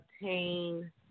obtain